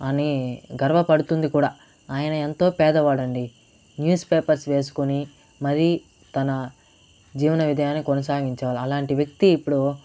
అని గర్వపడుతుంది కూడా ఆయన ఎంతో పేదవాడండి న్యూస్ పేపర్స్ వేసుకొని మరీ తన జీవన విధాయన్ని కొనసాగించారు అలాంటి వ్యక్తి ఇప్పుడు